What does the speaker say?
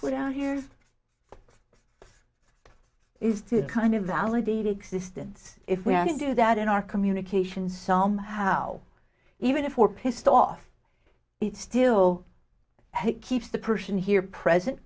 point out here is to kind of validate existence if we are to do that in our communication somehow even if we're pissed off it still he keeps the person here present